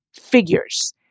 figures